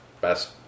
best